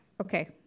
Okay